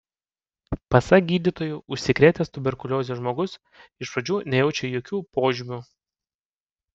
pasak gydytojų užsikrėtęs tuberkulioze žmogus iš pradžių nejaučia jokių požymių